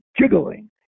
jiggling